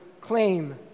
claim